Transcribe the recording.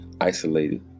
isolated